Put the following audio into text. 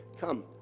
Come